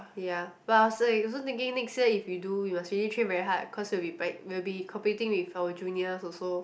ya but I was like also thinking next year if we do we must really train very hard cause we will be prac~ we will be competing with our juniors also